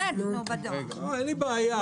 אין לי בעיה.